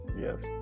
yes